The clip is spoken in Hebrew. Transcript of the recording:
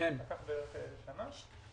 לקח בערך שנה.